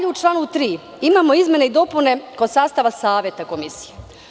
U članu 3. imamo izmene i dopune kod sastava Saveta komisije.